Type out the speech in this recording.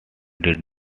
did